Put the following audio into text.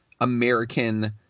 American